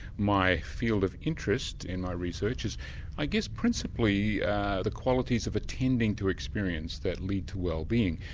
my field of interest in my research is i guess principally the qualities of attending to experience that lead to wellbeing.